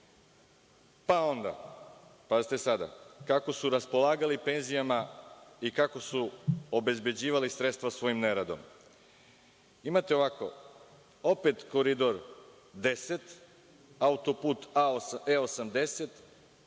4,35%. Pazite sada kako su raspolagali penzijama i kako su obezbeđivali sredstva svojim neradom. Imate ovde, opet Koridor 10 autoput E80